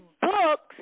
books